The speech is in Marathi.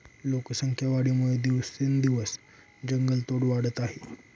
लोकसंख्या वाढीमुळे दिवसेंदिवस जंगलतोड वाढत आहे